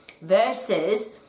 versus